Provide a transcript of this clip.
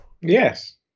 Yes